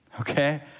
Okay